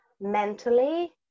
mentally